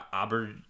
Aber